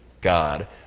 God